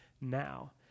now